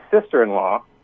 sister-in-law